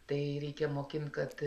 tai reikia mokint kad